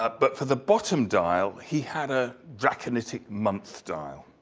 but but for the bottom dial, he had a draconitic month dial.